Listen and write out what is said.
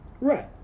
Right